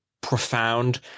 profound